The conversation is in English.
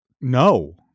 No